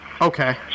Okay